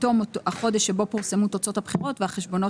בתום החודש שבו פורסמו תוצאות הבחירות והחשבונות